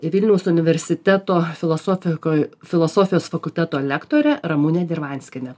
vilniaus universiteto filosofiko filosofijos fakulteto lektorė ramunė dirvanskienė